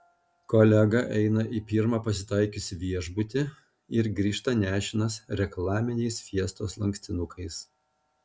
kolega eina į pirmą pasitaikiusį viešbutį ir grįžta nešinas reklaminiais fiestos lankstinukais